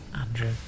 Andrew